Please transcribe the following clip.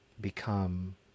become